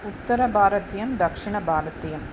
उत्तरभारतीयं दक्षिणभारतीयं